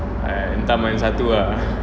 uh entah mana satu ah